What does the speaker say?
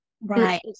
Right